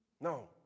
No